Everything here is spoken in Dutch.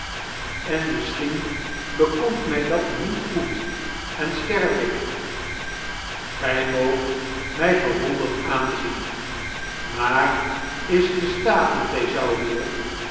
en misschien bekomt mij dat niet goed en sterf ik gy moogt mij verwonderd aanzien maar is de staten-thesaurier